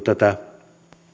tätä